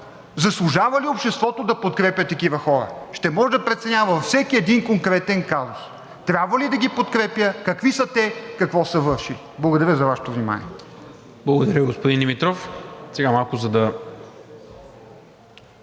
заслужава ли обществото да подкрепя такива хора. Ще може да преценява във всеки един конкретен казус – трябва ли да ги подкрепя, какви са те, какво са вършили? Благодаря за Вашето внимание.